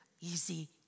easy